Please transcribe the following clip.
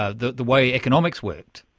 ah the the way economics work?